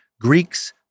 Greeks